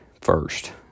first